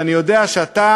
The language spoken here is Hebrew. ואני יודע שאתה,